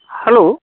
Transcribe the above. hello